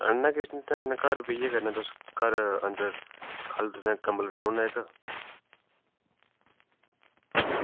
आना भी घर बेहियै करने आं घर अंदर ख'ल्ल तुसेंगी कंबल बिछाई ओड़ने आं इक्क